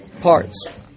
parts